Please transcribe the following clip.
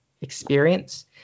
experience